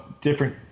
different